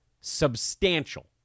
substantial